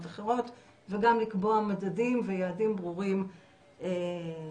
אחרות וגם לקבוע מדדים ויעדים ברורים לשיקום.